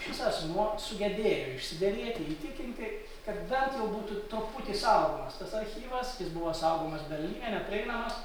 šis asmuo sugebėjo išsiderėti įtikinti kad bent jau būtų truputį saugomas tas archyvas jis buvo saugomas berlyne neprieinamas